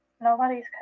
Nobody's